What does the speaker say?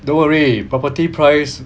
don't worry property price